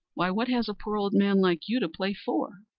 why what has a poor old man like you to play for?